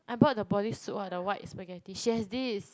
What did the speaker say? I bought the bodysuit or the white spaghetti she has this